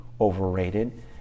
overrated